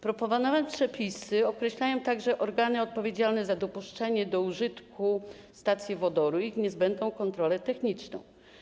Proponowane przepisy określają także organy odpowiedzialne za dopuszczenie do użytku stacji wodoru i ich niezbędną kontrolę techniczną.